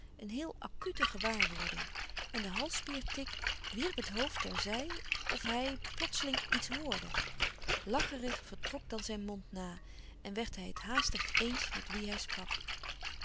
een heel acute gewaarwording en de halsspier tic wierp het hoofd ter zij of hij plotseling iets hoorde lacherig vertrok dan zijn mond na en werd hij het haastig éens met wie hij sprak